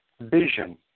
vision